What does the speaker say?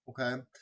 okay